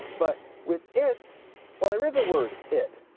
but with it's well there is a word it.